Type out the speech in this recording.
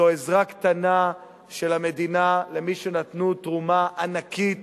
זו עזרה קטנה של המדינה למי שנתנו תרומה ענקית